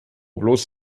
bloß